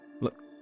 Look